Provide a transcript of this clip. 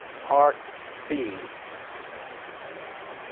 part b. this is part a.